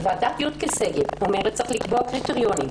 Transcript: ועדת יודקה שגב אמרה שצריך לקבוע קריטריונים.